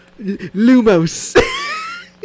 Lumos